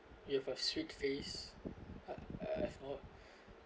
you have a sweet face uh if not